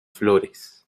flores